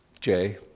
Jay